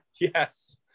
Yes